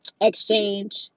exchange